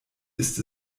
ist